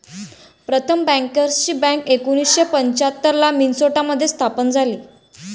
प्रथम बँकर्सची बँक एकोणीसशे पंच्याहत्तर ला मिन्सोटा मध्ये स्थापन झाली